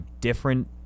different